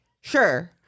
Sure